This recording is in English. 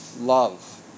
love